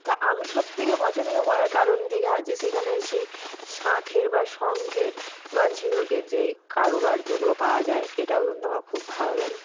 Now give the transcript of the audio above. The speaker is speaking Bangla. তো আমি সব থেকে পছন্দ করার কারণ দীঘা যে সেখানে সেই শাঁখের বা শঙ্খের বা ঝিনুকের যে এই কারুকার্যগুলো পাওয়া যায় এটাও কিন্তু আমার খুব ভালো লাগে